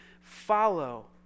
follow